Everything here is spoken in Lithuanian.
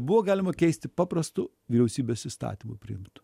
buvo galima keisti paprastu vyriausybės įstatymu priimti